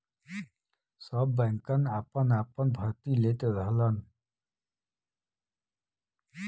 सब बैंकन आपन आपन भर्ती लेत रहलन